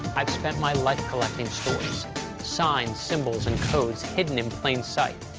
i've spent my life collecting stories signs, symbols, and codes hidden in plain sight.